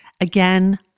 again